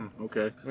Okay